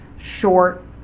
short